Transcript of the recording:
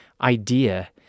idea